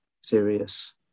serious